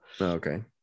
Okay